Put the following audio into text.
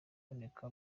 kuboneka